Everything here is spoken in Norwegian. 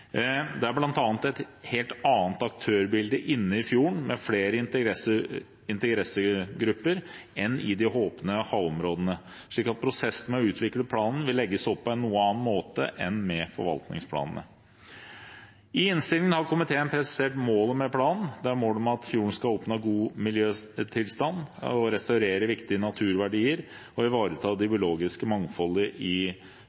Det er bl.a. et helt annet aktørbilde inne i fjorden, med flere interessegrupper enn i de åpne havområdene, så prosessen med å utvikle planen vil legges opp på en noe annen måte enn med forvaltningsplanene. I innstillingen har komiteen presisert målene med planen. Det er mål om at fjorden skal oppnå god miljøtilstand å restaurere viktige naturverdier å ivareta det biologiske mangfoldet i